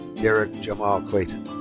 derrick jamal clayton.